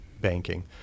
banking